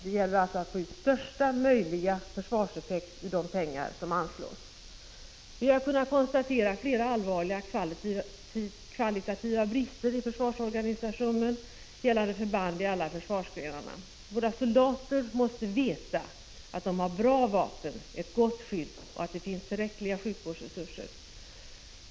Det gäller alltså att få ut största möjliga försvarseffekt ur de pengar som anslås. Vi har kunnat konstatera flera allvarliga kvalitativa brister i försvarsorganisationen gällande förband i alla försvarsgrenarna. Våra soldater måste veta att de har bra vapen och ett gott skydd samt att det finns tillräckliga sjukvårdsresurser.